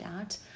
out